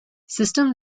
system